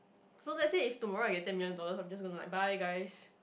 so let say if tomorrow I get ten million dollars I am just gonna like bye guys